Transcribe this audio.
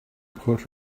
put